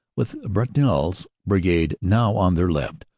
with brutinel's brigade now on their left,